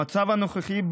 במצב הנוכחי,